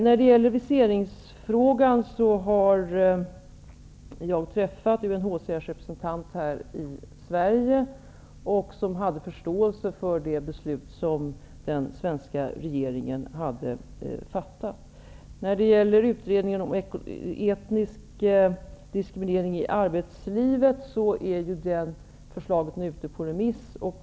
När det gäller viseringsfrågan har jag träffat UNHCR:s representant här i Sverige och mött förståelse för det beslut som den svenska regeringen fattat. När det gäller utredningen om etnisk diskriminering i arbetslivet är det förslaget ute på remiss.